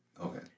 Okay